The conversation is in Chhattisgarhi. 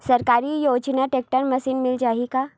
सरकारी योजना टेक्टर मशीन मिल जाही का?